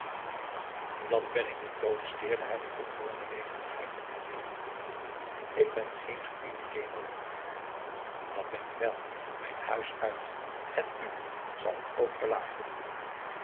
dat ben ik niet protesteerde hij met ongewone levendigheid ik ben geen gemeene kerel dat ben je wel mijn huis uit het uwe zal ik ook verlaten